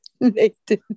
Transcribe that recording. Nathan